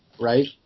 right